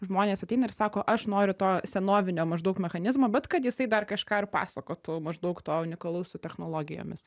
žmonės ateina ir sako aš noriu to senovinio maždaug mechanizmo bet kad jisai dar kažką ir pasakotų maždaug to unikalaus su technologijomis